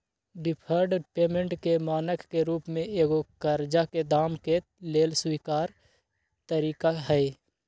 deferred payment के मानक के रूप में एगो करजा के दाम के लेल स्वीकार तरिका हइ